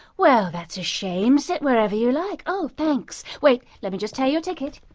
well, that's a shame, sit wherever you like, oh, thanks, wait, let me just tear your ticket.